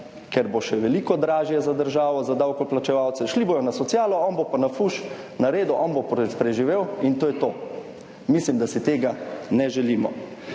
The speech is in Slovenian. ker bo še veliko dražje za državo, za davkoplačevalce, šli bodo na socialo, on bo pa na fuš naredil, on bo preživel in to je to. Mislim, da si tega ne želimo.